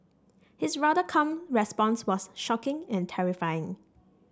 his rather calm response was shocking and terrifying